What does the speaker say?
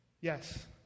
Yes